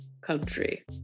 country